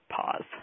Pause